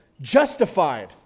justified